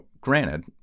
granted